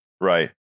Right